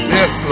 yes